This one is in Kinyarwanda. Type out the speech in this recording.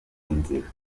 inzira